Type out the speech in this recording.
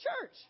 church